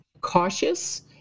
cautious